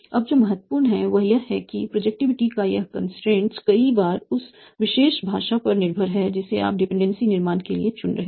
अब जो महत्वपूर्ण है वह यह है कि प्रोजेक्टिविटी का यह कंस्ट्रेंट कई बार उस विशेष भाषा पर निर्भर है जिसे आप अपने डिपेंडेंसी निर्माण के लिए चुन रहे हैं